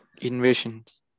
Invasions